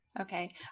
Okay